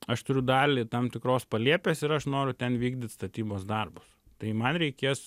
aš turiu dalį tam tikros palėpės ir aš noriu ten vykdyt statybos darbus tai man reikės